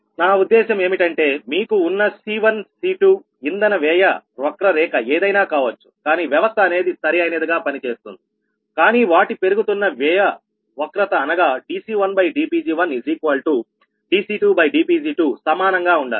నా ఉద్దేశం ఏమిటంటే మీకు ఉన్న C1 C2 ఇంధన వ్యయ వక్రరేఖ ఏదైనా కావచ్చు కానీ వ్యవస్థ అనేది సరి అయినది గా పనిచేస్తుంది కానీ వాటి పెరుగుతున్న వ్యయ వక్రత అనగా dC1dPg1dC2dPg2సమానంగా ఉండాలి